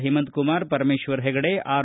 Hemant Kumar Parameshwar Hegde R